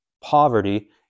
poverty